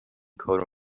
کارو